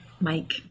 Mike